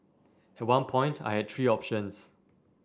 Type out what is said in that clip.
at one point I had three options